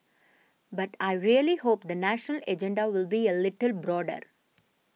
but I really hope the national agenda will be a little broader